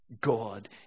God